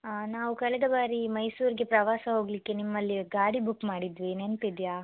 ನಾವು ಕಳೆದ ಬಾರಿ ಮೈಸೂರಿಗೆ ಪ್ರವಾಸ ಹೋಗಲಿಕ್ಕೆ ನಿಮ್ಮಲ್ಲಿ ಗಾಡಿ ಬುಕ್ ಮಾಡಿದ್ವಿ ನೆನಪಿದ್ಯಾ